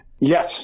Yes